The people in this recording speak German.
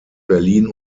berlin